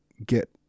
get